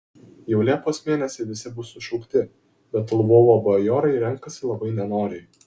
jau liepos mėnesį visi bus sušaukti bet lvovo bajorai renkasi labai nenoriai